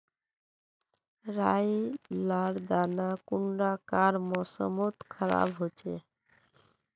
राई लार दाना कुंडा कार मौसम मोत खराब होचए?